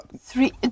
three